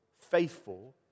faithful